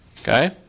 okay